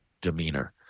demeanor